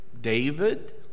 David